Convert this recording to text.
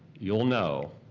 you'll know.